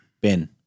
Ben